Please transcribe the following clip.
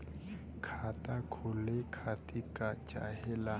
खाता खोले खातीर का चाहे ला?